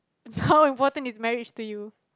how important is marriage to you